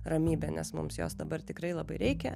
ramybė nes mums jos dabar tikrai labai reikia